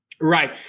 Right